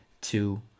two